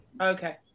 Okay